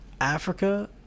Africa